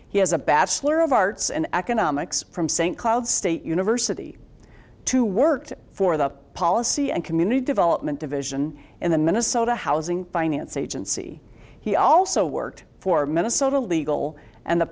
he has a bachelor of arts and economics from st cloud state university to worked for the policy and community development division in the minnesota housing finance agency he also worked for minnesota legal and the